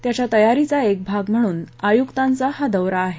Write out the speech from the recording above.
त्याच्या तयारीचा एक भाग म्हणून आयुक्तांचा हा दौरा आहे